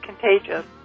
contagious